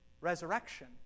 resurrection